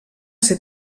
ser